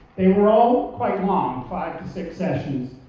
they were all quite long five to six sessions.